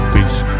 Peace